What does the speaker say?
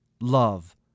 Love